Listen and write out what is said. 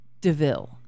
DeVille